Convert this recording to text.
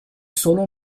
solo